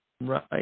Right